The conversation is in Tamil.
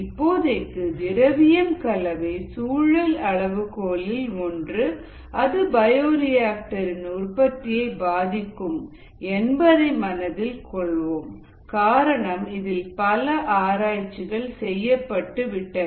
இப்போதைக்கு திரவியம் கலவை சூழல் அளவுகோலில் ஒன்று அது பயோரிஆக்டர் இன் உற்பத்தியை பாதிக்கும் என்பதை மனதில் கொள்வோம் காரணம் இதில் பல ஆராய்ச்சிகள் செய்யப்பட்டுவிட்டன